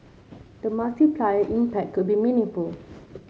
the multiplier impact could be meaningful